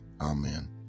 amen